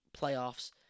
playoffs